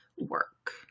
work